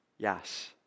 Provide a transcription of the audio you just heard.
Yes